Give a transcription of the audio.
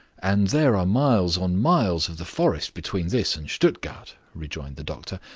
and there are miles on miles of the forest between this and stuttgart, rejoined the doctor.